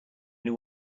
only